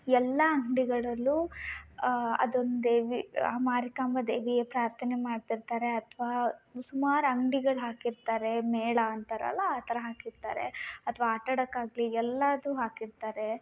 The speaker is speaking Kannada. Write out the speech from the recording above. ಎಲ್ಲಾ ಅಂಗಡಿಗಳಲ್ಲೂ ಅದೊಂದು ದೇವಿ ಆ ಮಾರಿಕಾಂಬಾ ದೇವಿಯ ಪ್ರಾರ್ಥನೆ ಮಾಡ್ತಿರ್ತಾರೆ ಅಥವಾ ಸುಮಾರು ಅಂಗ್ಡಿಗಳು ಹಾಕಿರ್ತಾರೆ ಮೇಳ ಅಂತಾರಲ್ಲ ಆ ಥರ ಹಾಕಿರ್ತಾರೆ ಅಥವಾ ಆಟಾಡೋಕ್ ಆಗಲಿ ಎಲ್ಲದು ಹಾಕಿರ್ತಾರೆ